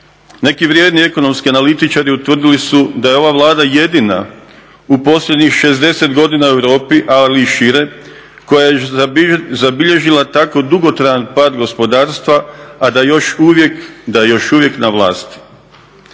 neki vrijedni ekonomski analitičari utvrdili su da je ova Vlada jedina u posljednjih 60 godina u Europi ali i šire koja je zabilježila tako dugotrajan pad gospodarstva a da je još uvijek na vlasti.